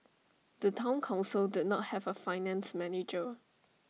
the Town Council did not have A finance manager